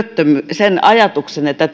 sen ajatuksen että